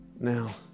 now